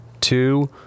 two